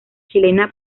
chilena